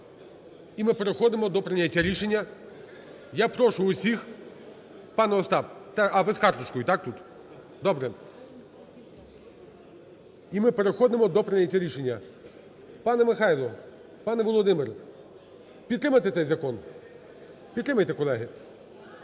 І ми переходимо до прийняття рішення. Я прошу усіх. Пане Остап, а ви з карточкою, так, тут? Добре. І ми переходимо до прийняття рішення. Пане Михайло, пане Володимир, підтримайте цей закон, підтримайте, колеги.